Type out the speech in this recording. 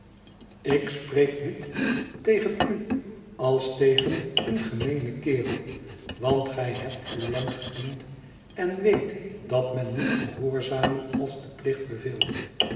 ik spreek niet tegen u als tegen een gemeenen kerel want gij hebt uw land gediend en weet dat men moet gehoorzamen als de